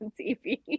TV